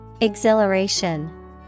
Exhilaration